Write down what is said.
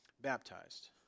baptized